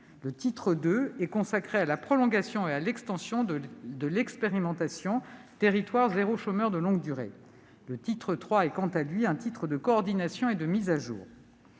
Le titre II est consacré à la prolongation et à l'extension de l'expérimentation « territoires zéro chômeur de longue durée ». Le titre III est quant à lui un titre de coordination et de mise à jour.